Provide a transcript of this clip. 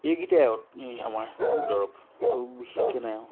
এইকেইটাই আৰু এ আমাৰ দৰৱ আৰু বিশেষকৈ নাই আৰু